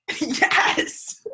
Yes